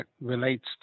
relates